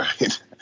right